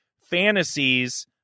fantasies